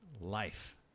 life